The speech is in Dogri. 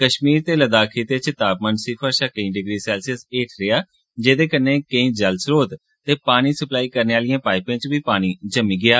कष्मीर ते लद्दाख खित्ते च तापमान सिफर षा केई डिग्री सैल्सियस हेठ रेहआ जेह्दे कन्नै केंई जलघ्रोत ते पानी सप्लाई करने आहलिए पाईपें च बी पानी जमी गेआ